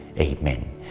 Amen